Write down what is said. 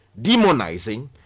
demonizing